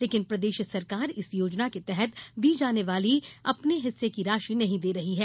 लेकिन प्रदेश सरकार इस योजना के तहत दी जाने वाली अपने हिस्से की राशि नहीं दे रही है